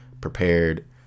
prepared